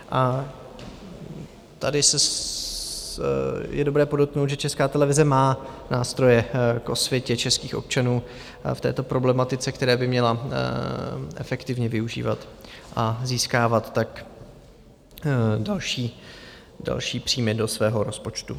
A tady je dobré podotknout, že Česká televize má nástroje k osvětě českých občanů v této problematice, které by měla efektivně využívat a získávat tak další příjmy do svého rozpočtu.